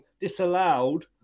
disallowed